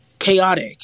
Chaotic